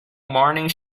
morning